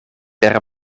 per